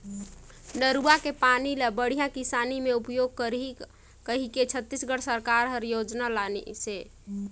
नरूवा के पानी ल बड़िया किसानी मे उपयोग करही कहिके छत्तीसगढ़ सरकार हर योजना लानिसे